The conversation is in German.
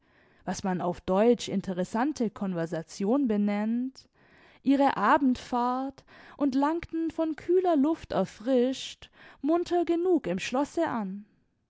was man auf deutsch interessante conversation benennt ihre abendfahrt und langten von kühler luft erfrischt munter genug im schlosse an